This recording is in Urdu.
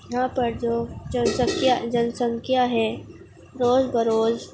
یہاں پر جو جن سنکھیا جن سنکھیا ہے روز بروز